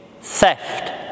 theft